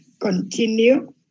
continue